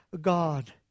God